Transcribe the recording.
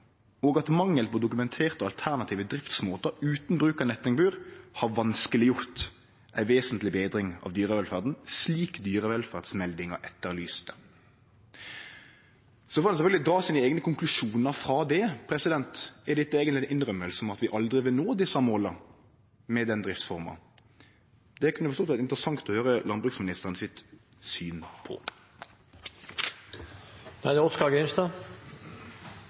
og at mangel på dokumenterte alternative driftsmåter, uten bruk av nettingbur, har vanskeliggjort en vesentlig bedring av dyrevelferden slik dyrevelferdsmeldingen etterlyste.» Så får en sjølvsagt trekkje sine eigne konklusjonar av det: Er dette eigentleg ei innrømming av at vi med ei slik driftsform aldri vil nå desse måla? Det kunne det for så vidt vere interessant å høyre landbruksministeren sitt syn på.